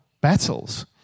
battles